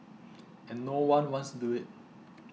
and no one wants to do it